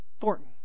Thornton